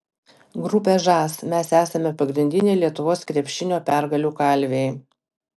grupė žas mes esame pagrindiniai lietuvos krepšinio pergalių kalviai